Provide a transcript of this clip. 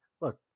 Look